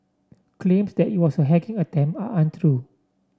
claims that it was a hacking attempt are untrue